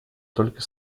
только